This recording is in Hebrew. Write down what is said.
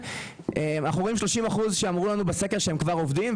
אנחנו רואים 30% שאמרו לנו בסקר שהם כבר עובדים,